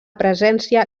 presència